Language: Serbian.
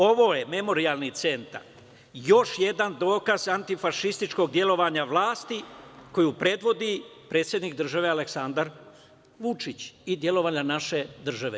Ovo je Memorijalni centar još jedan dokaz antifašističkog delovanja vlasti koju predvodi predsednik države Aleksandar Vučić i delovanje naše države.